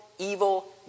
evil